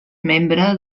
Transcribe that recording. membre